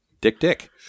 Dick-dick